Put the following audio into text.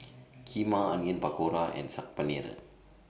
Kheema Onion Pakora and Saag Paneer